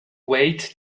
wait